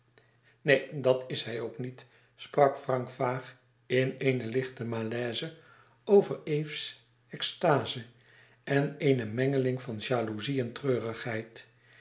neen dat is hij ook niet sprak frank vaag in eene lichte malaise over eve's extaze en eene mengeling van jaloezie en treurigheid